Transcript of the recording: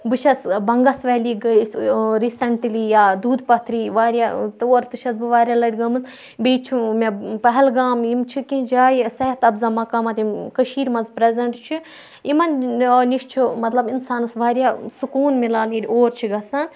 بہٕ چھَس بَنگَس ویلی گٔیے أسۍ ریٖسَنٹلی یا دوٗد پَتھری واریاہ تور تہِ چھَس بہٕ واریاہ لَٹہِ گٲمٕژ بیٚیہِ چھُ مےٚ پہلگام یِم چھِ کیٚنٛہہ جایہِ صحت اَفزا مقامات یِم کٔشیٖرِ مَنٛز پرٛزَنٛٹ چھِ یِمَن نِش چھُ مطلب اِنسانَس واریاہ سکوٗن میلان ییٚلہِ اور چھِ گَژھان